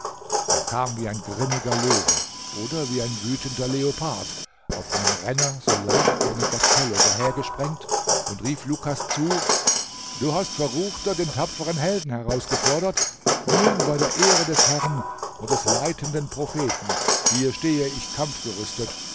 er kam wie ein grimmiger löwe oder wie ein wütender leopard auf einem renner so leicht wie eine gazelle dahergesprengt und rief lukas zu du hast verruchter den tapfern helden herausgefordert nun bei der ehre des herren und des leitenden propheten hier stehe ich